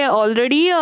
already